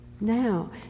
Now